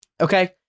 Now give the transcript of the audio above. okay